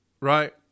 right